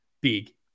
big